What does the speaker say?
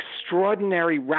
extraordinary